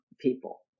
people